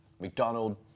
McDonald